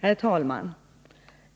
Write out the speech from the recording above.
Herr talman!